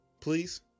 Please